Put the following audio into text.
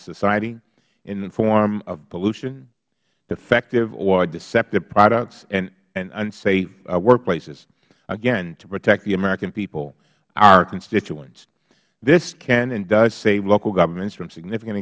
society in the form of pollution effective or deceptive products and unsafe workplaces again to protect the american people our constituents this can and does save local governments from significant